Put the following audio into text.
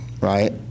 right